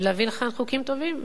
ולהביא לכאן חוקים טובים.